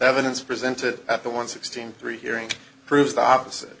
evidence presented at the one sixteen three hearing proves the opposite